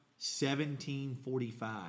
1745